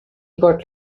got